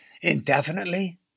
indefinitely